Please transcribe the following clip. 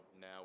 now